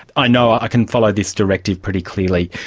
i know i can follow this directive pretty clearly.